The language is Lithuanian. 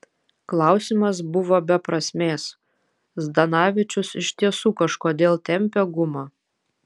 klausimas buvo be prasmės zdanavičius iš tiesų kažkodėl tempė gumą